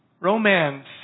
romance